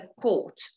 court